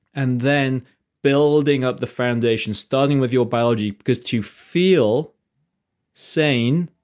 and then building up the foundation. starting with your biology because to feel sane